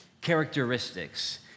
characteristics